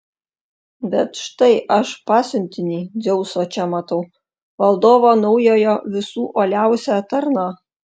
bet štai aš pasiuntinį dzeuso čia matau valdovo naujojo visų uoliausią tarną